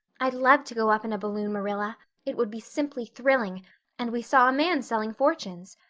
i'd love to go up in a balloon, marilla it would be simply thrilling and we saw a man selling fortunes.